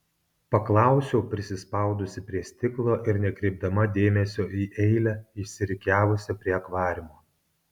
paklausiau prisispaudusi prie stiklo ir nekreipdama dėmesio į eilę išsirikiavusią prie akvariumo